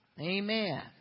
amen